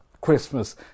Christmas